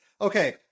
Okay